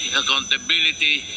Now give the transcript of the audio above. accountability